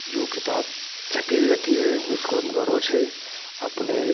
जो किताब छपी हुई रहती है उसको हम गर्व से अपने